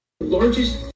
largest